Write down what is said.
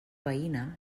veïna